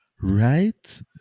Right